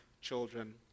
children